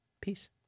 Peace